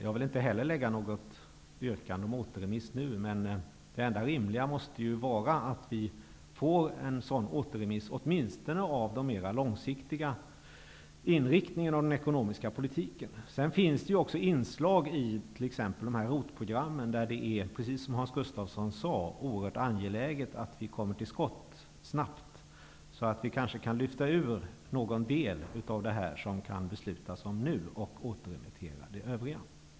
Jag vill inte heller framställa något yrkande eller någon återremiss nu, men det enda rimliga måste ju vara att det blir en återremiss åtminstone av den mera långsiktiga inriktningen av den ekonomiska politiken. Det finns också inslag t.ex. i ROT-programmen där det, precis som Hans Gustafsson sade, är oerhört angeläget att snabbt komma till skott. Därför kan man kanske lyfta ut någon del av det som kan beslutas om nu och återremittera det övriga.